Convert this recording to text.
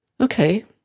Okay